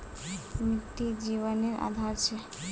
मिटटी जिवानेर आधार छे